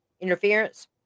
interference